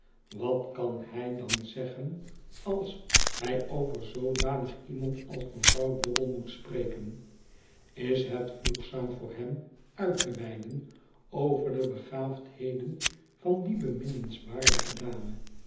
wat kan hij dan zeggen als hij over zoodanig iemand als mevrouw dobble moet spreken is het voegzaam voor hem uit te weiden over de begaafdheden van die beminnenswaardige dame